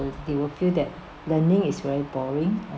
they will feel that learning is very boring